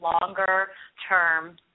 longer-term